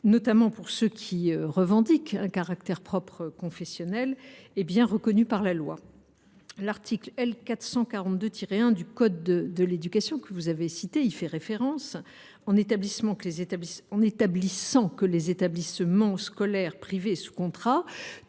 notamment pour ceux qui revendiquent un caractère propre confessionnel, est bien reconnu par la loi. L’article L. 442 1 du code de l’éducation, que vous avez cité, y fait référence, en établissant que les établissements scolaires privés sous contrat,